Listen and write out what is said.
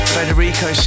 Federico